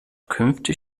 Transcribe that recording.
künftig